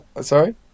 Sorry